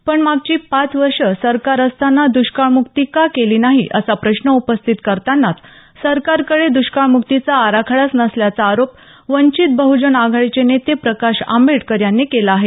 पण मागची पाच वर्ष सरकार असताना द्ष्काळमुक्ती का केली नाही असा प्रश्न उपस्थित करतानाच सरकारकडे दुष्काळमुक्तीचा आराखडाच नसल्याचा आरोप वंचित बह्जन आघाडीचे नेते प्रकाश आंबेडकर यांनी केला आहे